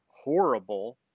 horrible